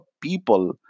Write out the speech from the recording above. people